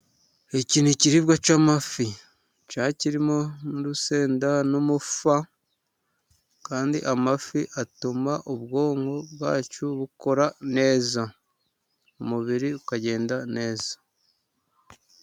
Iki ni ikiribwa cy'amafi, kikaba kirimo n'urusenda n'umufa, kandi amafi atuma ubwonko bwacu bukora neza umubiri ukagenda neza.